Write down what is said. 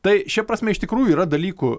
tai šia prasme iš tikrųjų yra dalykų